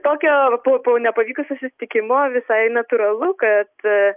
tokio po nepavykusio susitikimo visai natūralu kad